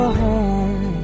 home